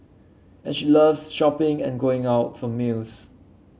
and she loves shopping and going out for meals